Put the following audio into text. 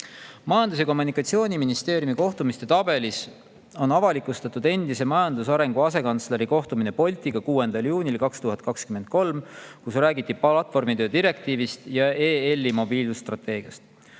ja Kommunikatsiooniministeeriumi kohtumiste tabelis on avalikustatud endise majandusarengu asekantsleri kohtumine Boltiga 6. juunil 2023. aastal, kui räägiti platvormitöö direktiivist ja EL‑i mobiilsusstrateegiast.